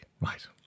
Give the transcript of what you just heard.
Right